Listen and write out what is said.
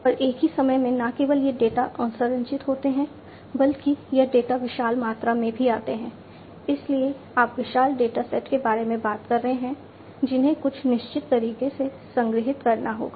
और एक ही समय में न केवल ये डेटा असंरचित होते हैं बल्कि यह डेटा विशाल मात्रा में भी आते हैं इसलिए आप विशाल डेटासेट के बारे में बात कर रहे हैं जिन्हें कुछ निश्चित तरीके से संग्रहीत करना होगा